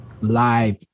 live